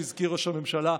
שהזכיר ראש הממשלה.